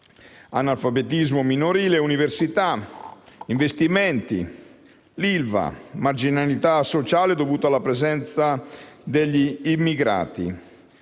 l'analfabetismo minorile e l'università, gli investimenti, l'ILVA e la marginalità sociale dovuta alla presenza degli immigrati.